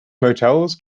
motels